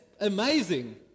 amazing